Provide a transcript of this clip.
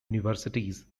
universities